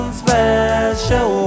special